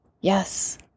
yes